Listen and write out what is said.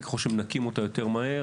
וככל שנעשה את זה יותר מהר,